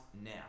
now